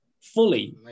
fully